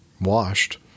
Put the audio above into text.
washed